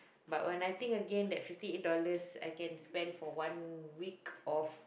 but when I think again that fifty eight dollars I can spend for one week of